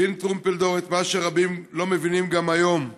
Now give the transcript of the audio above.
טרומפלדור הבין את מה שרבים לא מבינים גם היום,